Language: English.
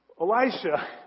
Elisha